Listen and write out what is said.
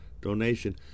donation